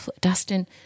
Dustin